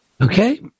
Okay